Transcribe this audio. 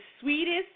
sweetest